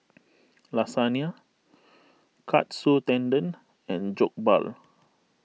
Lasagne Katsu Tendon and Jokbal